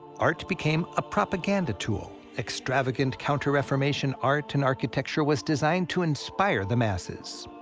art became a propaganda tool. extravagant counter-reformation art and architecture was designed to inspire the masses.